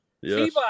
Yes